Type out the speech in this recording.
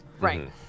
Right